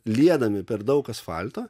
liedami per daug asfalto